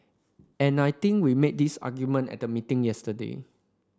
and I think we made this argument at the meeting yesterday